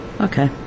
Okay